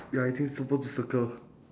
ya I think suppose to circle